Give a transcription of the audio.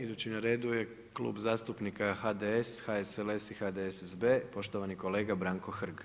Idući na redu je Klub zastupnika HDS, HSLS i HDSSB poštovani kolega Branko Hrg.